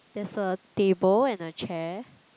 there's a table and a chair